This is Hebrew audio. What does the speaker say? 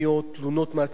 תלונות מהציבור,